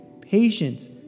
patience